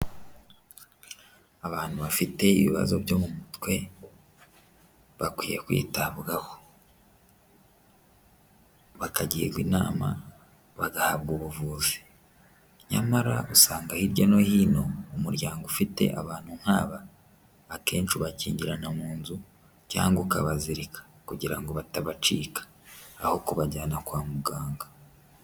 Abantu bafite ibibazo byo mu mutwe bakwiye kwitabwaho, bakagirwa inama bagahabwa ubuvuzi, nyamara usanga hirya no hino umuryango ufite abantu nkaba akenshi ubakingirana mu nzu cyangwa ukabazirika kugira ngo batabacika, aho kubajyana kwa muganga.